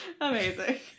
Amazing